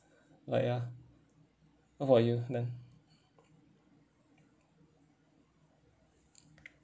why ah how about you then